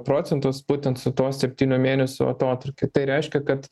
procentus būtent su tuo septynių mėnesių atotrūkiu tai reiškia kad